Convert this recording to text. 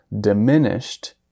diminished